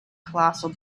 colossal